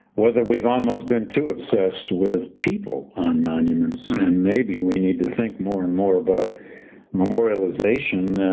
whether we've almost been too obsessed with people on monuments, and maybe we need to think more and more about memorialization,